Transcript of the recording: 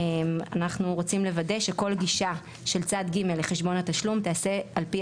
אנחנו רוצים לוודא שכל גישה של צד ג' לחשבון התשלום תיעשה על פי